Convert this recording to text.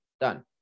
done